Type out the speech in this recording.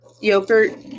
yogurt